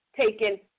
taken